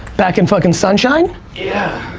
back in fuckin' sunshine? yeah.